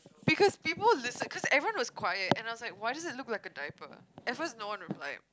because people was listen cause everyone was quiet and I was like why does it looks like a diaper at first no one reply